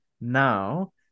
now